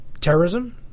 terrorism